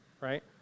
right